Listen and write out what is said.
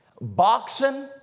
Boxing